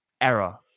error